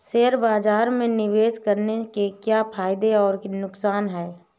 Share बाज़ार में निवेश करने के क्या फायदे और नुकसान हैं?